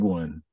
one